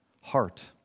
heart